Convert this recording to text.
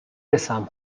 رسم